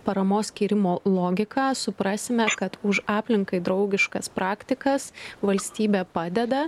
paramos skyrimo logiką suprasime kad už aplinkai draugiškas praktikas valstybė padeda